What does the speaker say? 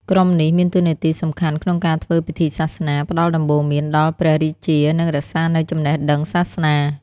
ក្រុមនេះមានតួនាទីសំខាន់ក្នុងការធ្វើពិធីសាសនា ផ្តល់ដំបូន្មានដល់ព្រះរាជា និងរក្សានូវចំណេះដឹងសាសនា។